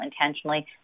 intentionally